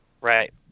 Right